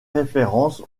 référence